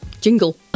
Jingle